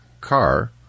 car